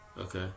Okay